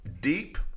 deep